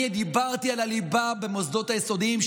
אני דיברתי על הליבה במוסדות היסודיים,